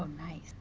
um nice.